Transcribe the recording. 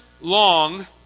long